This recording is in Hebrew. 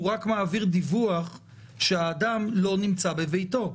הוא רק מעביר דיווח שהאדם לא נמצא בביתו.